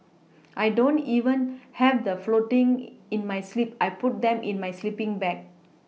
I don't even have the floating in my sleep I put them in my sleePing bag